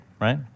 right